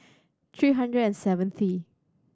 three hundred and Seventh